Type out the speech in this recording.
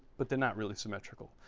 but they're not really symmetrical.